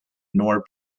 nor